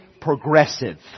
progressive